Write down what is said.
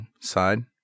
side